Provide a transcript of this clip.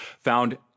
found